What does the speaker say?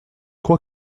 crois